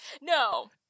No